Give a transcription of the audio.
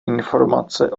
informace